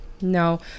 No